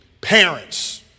Parents